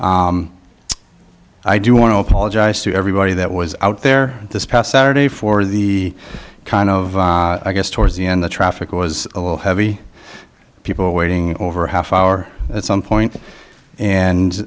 i do want to apologize to everybody that was out there this past saturday for the kind of i guess towards the end the traffic was a little heavy people waiting over a half hour at some point